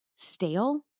Stale